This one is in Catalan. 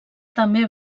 també